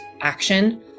action